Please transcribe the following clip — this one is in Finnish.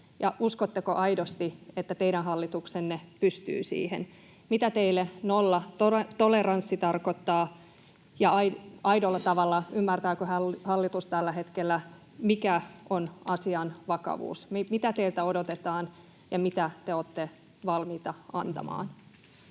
uskotteko aidosti, että teidän hallituksenne pystyy siihen? Mitä teille nollatoleranssi tarkoittaa? Ja ymmärtääköhän hallitus aidolla tavalla tällä hetkellä, mikä on asian vakavuus, mitä teiltä odotetaan? Mitä te olette valmiita antamaan?